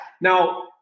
Now